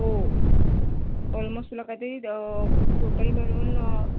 हो ऑलमोस्ट तुला कायतरी टोटल मिळून